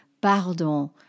pardon